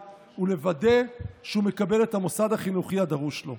ולוודא שהוא מקבל את המוסד החינוכי הדרוש לו.